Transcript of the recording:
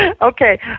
Okay